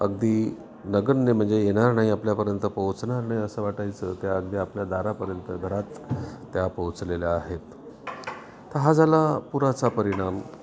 अगदी नगण्य म्हणजे येणार नाही आपल्यापर्यंत पोचणार नाही असं वाटायचं त्या अगदी आपल्या दारापर्यंत घरात त्या पोचलेल्या आहेत तर हा झाला पुराचा परिणाम